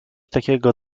takiego